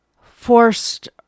forced